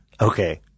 Okay